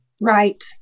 Right